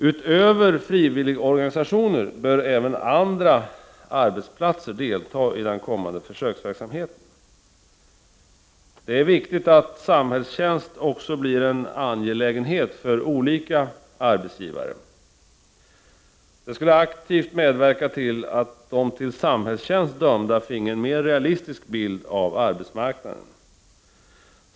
Utöver frivilligorganisationer bör även andra arbetsplatser delta i den kommande försöksverksamheten. Det är viktigt att samhällstjänst blir en angelägenhet också för olika arbetsgivare. Detta skulle aktivt medverka till att de till samhällstjänst dömda finge en mer realistisk bild av arbetsmarknaden.